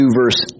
verse